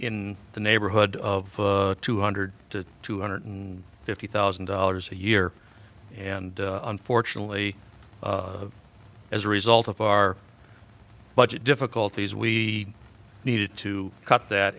in the neighborhood of two hundred to two hundred and fifty thousand dollars a year and unfortunately as a result of our budget difficulties we needed to cut that